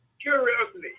curiously